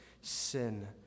sin